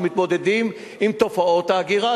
שמתמודדים עם תופעות ההגירה.